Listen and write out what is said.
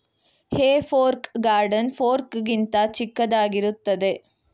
ಹೇ fork garden fork ಗಿಂತ ಚಿಕ್ಕದಾಗಿರುತ್ತದೆ